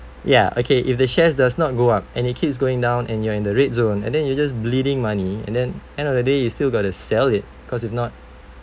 ya okay if the shares does not go up and it keeps going down and you are in the red zone and then you just bleeding money and then end of the day you still gotta sell it cause if not